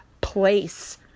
place